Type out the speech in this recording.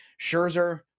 Scherzer